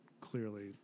clearly